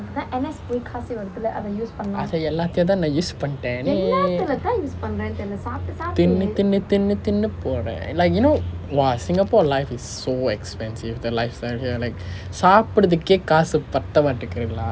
அது எல்லாத்தையும் தான் நான்:athu ellathayum thaan naan use பண்ணிட்டேன்:panniten eh தின்னு தின்னு தின்னு தின்னு போறேன்:thinnu thinnu thinnu thinnu poren like you know !wah! singapore life is so expensive the lifestyle here like சாப்பிடுறதுக்கே காசு பத்த மாட்டிக்கிது:sappiturathukku kaasu patha maatikkithu lah